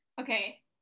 Okay